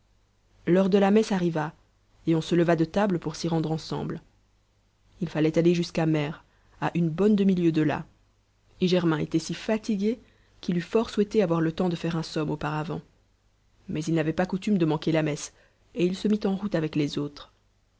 l'heure de la messe arriva et on se leva de table pour s'y rendre ensemble il fallait aller jusqu'à mers à une bonne demi-lieue de là et germain était si fatigué qu'il eût fort souhaité avoir le temps de faire un somme auparavant mais il n'avait pas coutume de manquer la messe et il se mit en route avec les autres